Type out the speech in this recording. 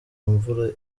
mvura